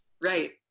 right